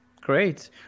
Great